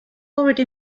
already